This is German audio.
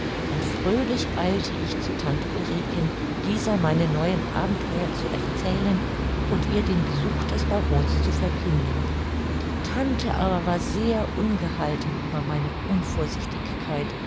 und fröhlich eilte ich zu tante ulriken dieser meine neuen abenteuer zu erzählen und ihr den besuch des barons zu verkünden die tante war aber sehr ungehalten über meine